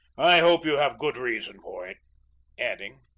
i hope you have good reason for it adding,